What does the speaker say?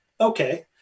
Okay